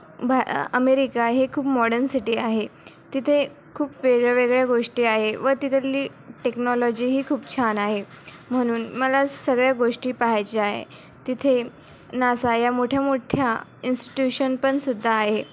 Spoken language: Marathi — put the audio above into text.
भ अमेरिका हे खूप मॉडन सिटी आहे तिथे खूप वेगळ्या वेगळ्या गोष्टी आहे व तिथली टेक्नॉलॉजीही खूप छान आहे म्हणून मला सगळ्या गोष्टी पहायच्या आहे तिथे नासा या मोठ्या मोठ्या इन्स्टिट्यूशन पण सुद्धा आहे